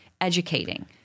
educating